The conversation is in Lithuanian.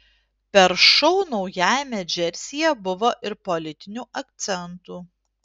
per šou naujajame džersyje buvo ir politinių akcentų